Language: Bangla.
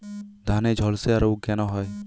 ধানে ঝলসা রোগ কেন হয়?